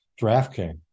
DraftKings